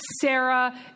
Sarah